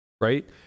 right